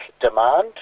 demand